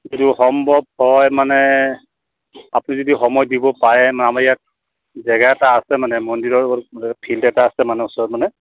যদি সম্ভৱ হয় মানে আপুনি যদি সময় দিব পাৰে মানে আমাৰ ইয়াত জেগা এটা আছে মানে মন্দিৰৰে ফিল্ড এটা আছে মানে ওচৰত মানে